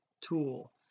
tool